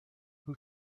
who